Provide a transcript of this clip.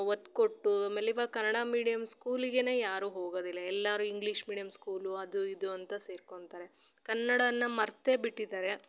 ಒತ್ತು ಕೊಟ್ಟು ಆಮೇಲೆ ಇವಾಗ ಕನ್ನಡ ಮೀಡಿಯಮ್ ಸ್ಕೂಲಿಗೆ ಯಾರು ಹೋಗೋದಿಲ್ಲ ಎಲ್ಲರು ಇಂಗ್ಲೀಷ್ ಮೀಡಿಯಮ್ ಸ್ಕೂಲು ಅದು ಇದು ಅಂತ ಸೇರ್ಕೋತಾರೆ ಕನ್ನಡಾನ ಮರತೇ ಬಿಟ್ಟಿದ್ದಾರೆ